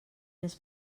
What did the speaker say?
més